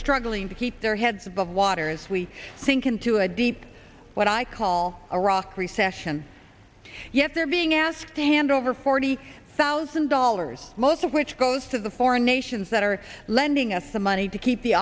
struggling to keep their heads above water as we think into a deep what i call iraq recession yet they're being asked to hand over forty thousand dollars most of which goes to the foreign nations that are lending us the money to keep the